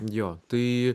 jo tai